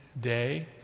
Day